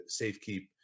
safekeep